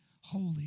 holy